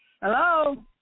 Hello